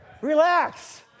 Relax